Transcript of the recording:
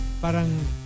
Parang